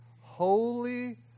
holy